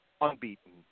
unbeaten